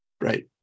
Right